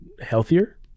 healthier